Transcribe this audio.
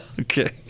Okay